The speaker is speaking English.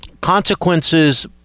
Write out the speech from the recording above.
consequences